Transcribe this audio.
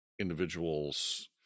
individuals